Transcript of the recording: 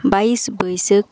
ᱵᱟᱭᱤᱥ ᱵᱟᱹᱭᱥᱟᱹᱠ